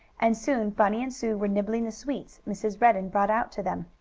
and soon bunny and sue were nibbling the sweets mrs. redden brought out to them.